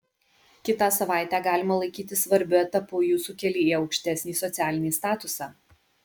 kitą savaitę galima laikyti svarbiu etapu jūsų kelyje į aukštesnį socialinį statusą